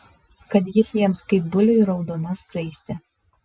kad jis jiems kaip buliui raudona skraistė